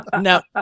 Now